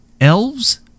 elves